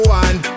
one